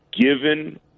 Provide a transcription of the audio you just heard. given